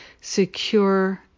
secure